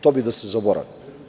To bi da se zaboravi.